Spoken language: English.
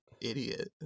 idiot